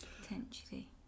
potentially